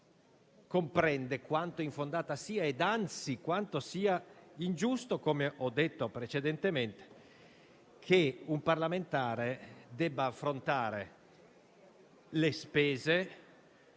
comprende quanto infondata sia e, anzi, quanto sia ingiusto, come ho detto precedentemente, che un parlamentare debba affrontare le spese,